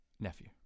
Nephew